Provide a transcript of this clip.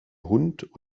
hund